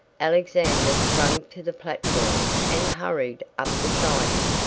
alexander sprang to the platform and hurried up the siding,